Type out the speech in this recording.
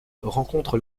rencontre